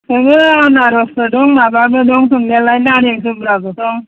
दोङो आनारसबो दं माबाबो दं दंनायालाय नारें जुमब्राबो दं